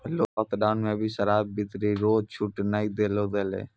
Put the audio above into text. lockdown मे भी शराब बिक्री रो छूट नै देलो गेलै